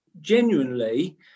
Genuinely